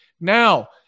Now